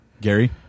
Gary